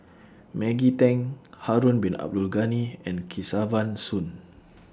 Maggie Teng Harun Bin Abdul Ghani and Kesavan Soon